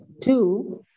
Two